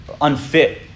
unfit